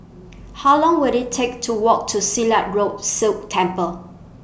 How Long Will IT Take to Walk to Silat Road Sikh Temple